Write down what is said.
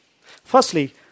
Firstly